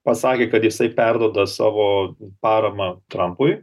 pasakė kad jisai perduoda savo paramą trampui